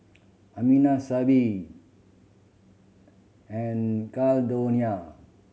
Amina Sibbie and Caldonia